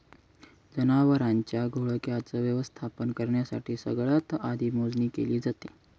जनावरांच्या घोळक्याच व्यवस्थापन करण्यासाठी सगळ्यात आधी मोजणी केली जाते